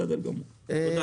בסדר גמור, תודה.